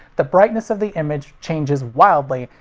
the brightness of the image changes wildly,